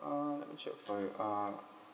err it should by err